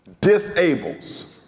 disables